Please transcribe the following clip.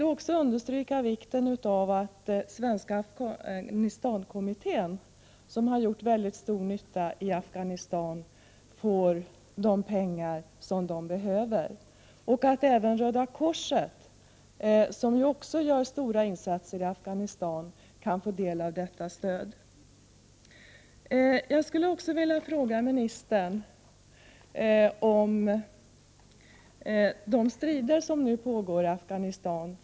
Jag vill understryka vikten av att Svenska Afghanistankommittén, som har gjort mycket stor nytta i Afghanistan, får de pengar som de behöver och att även Röda korset, som också gör stora insatser i Afghanistan, kan få del av detta stöd. Med anledning av de strider som fortfarande pågår i Afghanistan skulle jag också vilja ställa en fråga till ministern.